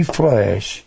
flesh